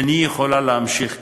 איני יכולה להמשיך כך."